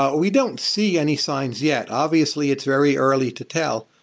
ah we don't see any signs yet. obviously, it's very early to tell.